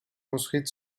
construite